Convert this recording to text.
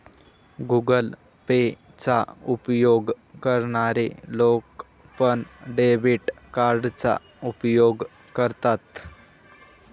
Google Pay चा उपयोग करणारे लोक पण, डेबिट कार्डचा उपयोग करतात